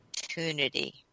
opportunity